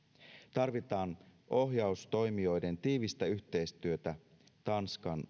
tarvitaan ohjaustoimijoiden tiivistä yhteistyötä tanskan